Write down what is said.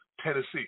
Tennessee